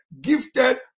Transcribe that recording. gifted